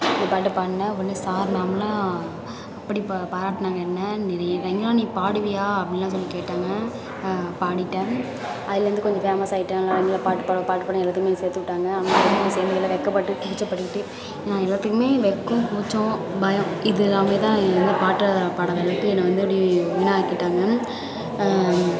இந்தப் பாட்டை பாடினேன் உடனே சார் மேம்லாம் அப்படி பா பாராட்டினாங்க என்னை நிறைய ரங்கா நீ பாடுவியா அப்படிலாம் சொல்லி கேட்டாங்க பாடிட்டேன் அதுலிருந்து கொஞ்சம் ஃபேமஸ் ஆயிட்டேன் நல்லா நல்லா பாட்டு பாடுவே பாட்டு பாடுவேன்னு எல்லாத்துக்குமே என்னை சேர்த்து விட்டாங்க ஆனால் வெட்கப்பட்டு கூச்சப்பட்டுக்கிட்டு நான் எல்லாத்துக்குமே வெட்கம் கூச்சம் பயம் இது எல்லாமே தான் எந்த பாட்டை பாடாத அளவுக்கு என்னை வந்து அப்படியே வீணாக்கிட்டாங்க